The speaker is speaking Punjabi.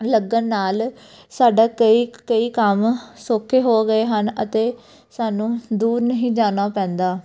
ਲੱਗਣ ਨਾਲ ਸਾਡਾ ਕਈ ਕਈ ਕੰਮ ਸੌਖੇ ਹੋ ਗਏ ਹਨ ਅਤੇ ਸਾਨੂੰ ਦੂਰ ਨਹੀਂ ਜਾਣਾ ਪੈਂਦਾ